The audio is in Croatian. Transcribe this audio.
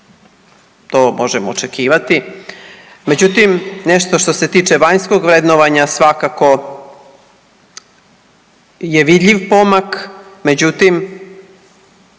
to možemo očekivati. Međutim, nešto što se tiče vanjskog vrednovanja svakako je vidljiv pomak, međutim